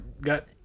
got